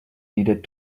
needed